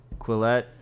Quillette